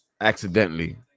Accidentally